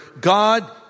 God